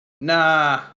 nah